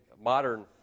modern